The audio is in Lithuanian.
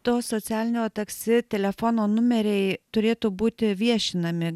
to socialinio taksi telefono numeriai turėtų būti viešinami